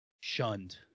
shunned